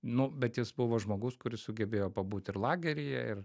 nu bet jis buvo žmogus kuris sugebėjo pabūti ir lageryje ir